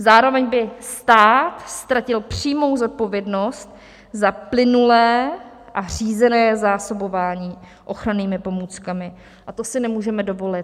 Zároveň by stát ztratil přímou zodpovědnost za plynulé a řízené zásobování ochrannými pomůckami a to si nemůžeme dovolit.